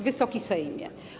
Wysoki Sejmie!